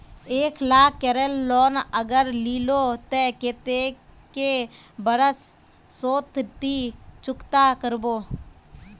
एक लाख केर लोन अगर लिलो ते कतेक कै बरश सोत ती चुकता करबो?